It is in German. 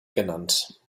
genannt